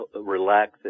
relax